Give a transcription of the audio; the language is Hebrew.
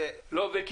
זה לא עובד.